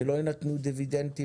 שלא יינתנו דיבידנדים?